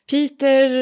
Peter